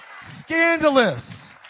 scandalous